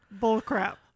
bullcrap